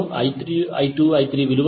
595 A I2 0